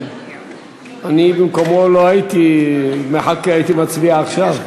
אני במקומו לא הייתי מחכה, הייתי מצביע עכשיו.